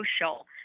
social